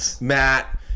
Matt